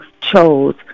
chose